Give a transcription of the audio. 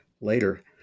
later